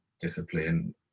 discipline